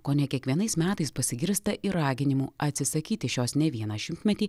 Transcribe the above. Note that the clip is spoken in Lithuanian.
kone kiekvienais metais pasigirsta ir raginimų atsisakyti šios ne vieną šimtmetį